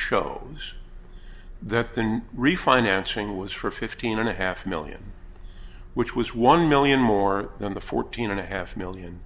show that then refinancing was for fifteen and a half million which was one million more than the fourteen and a half million